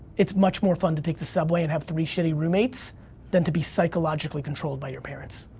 it's much more fun to take the subway and have three shitty roommates than to be psychologically controlled by your parents.